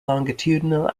longitudinal